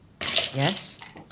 Yes